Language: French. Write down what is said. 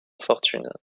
fortune